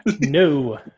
No